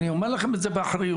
אני אומר לכם את זה באחריות,